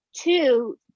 Two